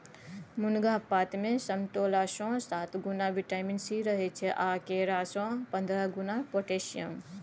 मुनगा पातमे समतोलासँ सात गुणा बिटामिन सी रहय छै आ केरा सँ पंद्रह गुणा पोटेशियम